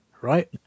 right